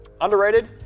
Underrated